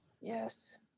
Yes